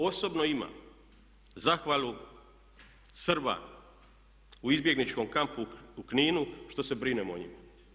Osobno imam zahvalu Srba u izbjegličkom kampu u Kninu što se brinem o njima.